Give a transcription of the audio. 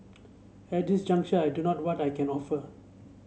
at this juncture I do not what I can offer